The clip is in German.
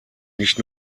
nicht